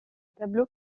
tableaux